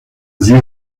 sie